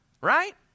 right